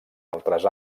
altres